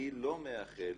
אני לא מאחל